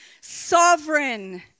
sovereign